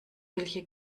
welche